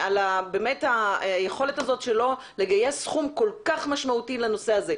באמת היכולת הזאת שלו לגייס סכום כל כך משמעותי לנושא הזה.